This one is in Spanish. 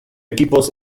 equipos